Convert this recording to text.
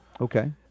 Okay